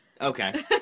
Okay